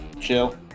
chill